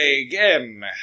again